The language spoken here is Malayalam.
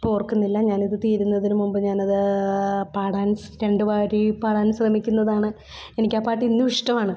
ഇപ്പോൾ ഓർക്കുന്നില്ല ഞാനിത് തീരുന്നതിനു മുമ്പ് ഞാനത് പാടാൻ രണ്ട് വരി പാടാൻ ശ്രമിക്കുന്നതാണ് എനിക്കാ പാട്ട് ഇന്നും ഇഷ്ടമാണ്